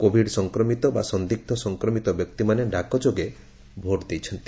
Covid ସଂକ୍ମିତ ବା ସନ୍ଦିଗ୍ର ସଂକ୍ରମିତ ବ୍ୟକ୍ତିମାନେ ଡାକଯୋଗେ ଭୋଟ ଦେଇଛନ୍ତି